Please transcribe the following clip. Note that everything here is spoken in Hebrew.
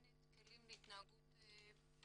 חלק מהעובדים למדו שפות